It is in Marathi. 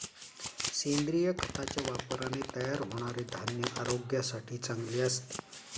सेंद्रिय खताच्या वापराने तयार होणारे धान्य आरोग्यासाठी चांगले असते